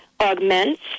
augments